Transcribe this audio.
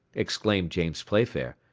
exclaimed james playfair,